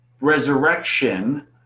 resurrection